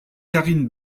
karine